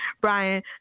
Brian